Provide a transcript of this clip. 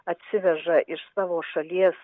atsiveža iš savo šalies